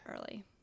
early